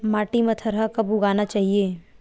माटी मा थरहा कब उगाना चाहिए?